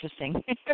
interesting